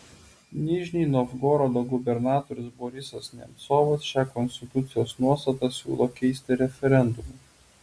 nižnij novgorodo gubernatorius borisas nemcovas šią konstitucijos nuostatą siūlo keisti referendumu